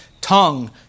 tongue